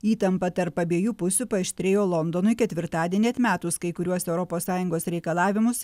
įtampa tarp abiejų pusių paaštrėjo londonui ketvirtadienį atmetus kai kuriuos europos sąjungos reikalavimus